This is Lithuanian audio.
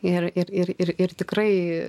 ir ir ir ir ir tikrai